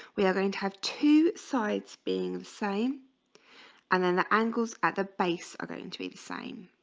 we are going to have two sides being the same and then the angles at the base are going to be the same